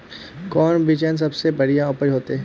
कौन बिचन सबसे बढ़िया उपज होते?